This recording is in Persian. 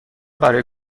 برای